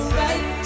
right